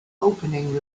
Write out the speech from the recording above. opening